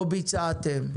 לא ביצעתם.